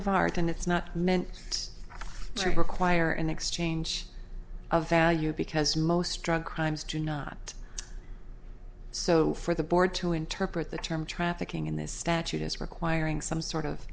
of art and it's not meant to require an exchange of value because most drug crimes do not so for the board to interpret the term trafficking in this statute is requiring some sort of